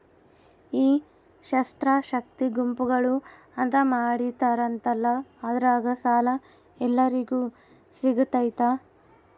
ಈ ಸ್ತ್ರೇ ಶಕ್ತಿ ಗುಂಪುಗಳು ಅಂತ ಮಾಡಿರ್ತಾರಂತಲ ಅದ್ರಾಗ ಸಾಲ ಎಲ್ಲರಿಗೂ ಸಿಗತೈತಾ?